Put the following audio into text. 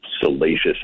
salacious